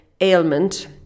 ailment